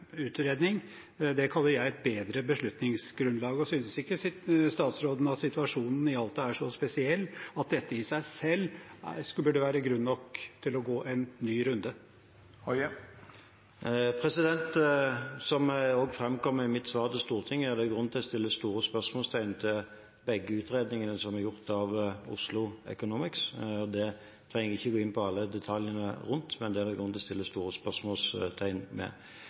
utredning, kaller jeg et bedre beslutningsgrunnlag. Synes ikke statsråden at situasjonen i Alta er så spesiell at dette i seg selv burde være grunn nok til å gå en ny runde? Som det også framkommer i mitt svar til Stortinget, er det grunn til å sette store spørsmålstegn ved begge utredningene som er gjort av Oslo Economics. Jeg trenger ikke gå inn på alle detaljene rundt det, men det er grunn til å sette store spørsmålstegn